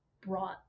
brought